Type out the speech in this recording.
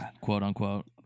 quote-unquote